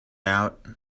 out